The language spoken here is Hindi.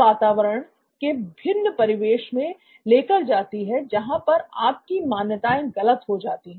वातावरण के भिन्न परिवेश में लेकर जाती हैं जहां पर आप की मान्यताएं गलत हो जाती हैं